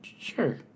Sure